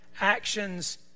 actions